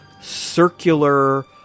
circular